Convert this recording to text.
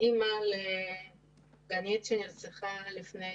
אימא לדנית שנרצחה לפני